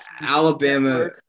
Alabama